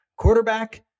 Quarterback